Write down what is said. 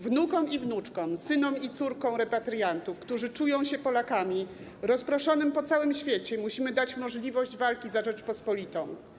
Wnukom i wnuczkom, synom i córkom repatriantów, którzy czują się Polakami, rozproszonym po całym świecie, musimy dać możliwość walki za Rzeczpospolitą.